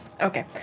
Okay